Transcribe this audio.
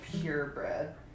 purebred